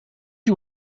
you